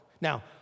Now